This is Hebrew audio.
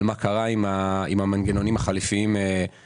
על מה קרה עם המנגנונים החליפיים בעבר,